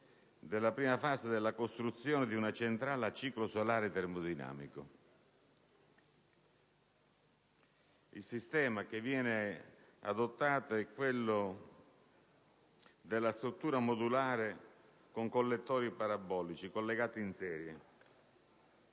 della prima fase della costruzione di una centrale a ciclo solare termodinamico. Il sistema adottato è quello della struttura modulare con collettori parabolici lineari collegati in serie.